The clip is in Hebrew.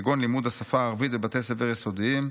כגון לימוד השפה הערבית בבתי ספר יסודיים,